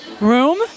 Room